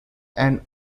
and